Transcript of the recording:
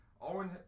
Owen